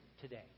today